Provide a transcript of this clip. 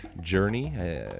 journey